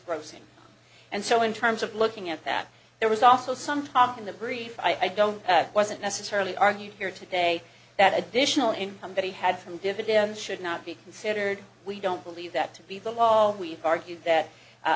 grossing and so in terms of looking at that there was also some talk in the brief i don't wasn't necessarily argue here today that additional income that he had from dividends should not be considered we don't believe that to be the law we've argued that